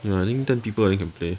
you know I think ten people then can play